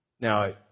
Now